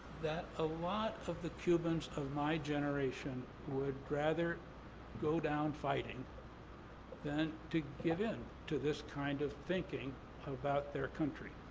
that a lot of the cubans of my generation would rather go down fighting than to give in to this kind of thinking about their country.